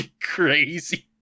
crazy